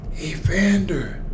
Evander